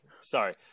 sorry